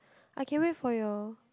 I can wait for you